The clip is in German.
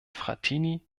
frattini